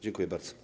Dziękuję bardzo.